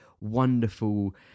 wonderful